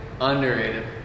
underrated